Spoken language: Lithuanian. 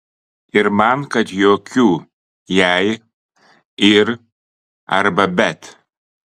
ir kad man jokių jei ir arba bet